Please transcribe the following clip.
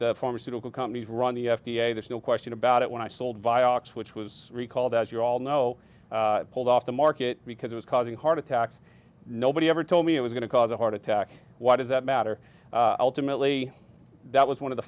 the pharmaceutical companies run the f d a there's no question about it when i sold vioxx which was recalled as you all know pulled off the market because it was causing heart attacks nobody ever told me it was going to cause a heart attack why does that matter ultimately that was one of the